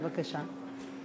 בבקשה.